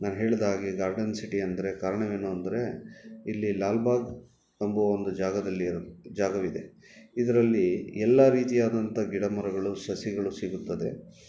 ನಾನು ಹೇಳಿದ ಹಾಗೆ ಗಾರ್ಡನ್ ಸಿಟಿ ಅಂದರೆ ಕಾರಣವೇನು ಅಂದರೆ ಇಲ್ಲಿ ಲಾಲ್ಬಾಗ್ ಎಂಬುವ ಒಂದು ಜಾಗದಲ್ಲಿ ಜಾಗವಿದೆ ಇದರಲ್ಲಿ ಎಲ್ಲ ರೀತಿಯಾದಂಥ ಗಿಡ ಮರಗಳು ಸಸಿಗಳು ಸಿಗುತ್ತದೆ